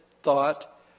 thought